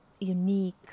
unique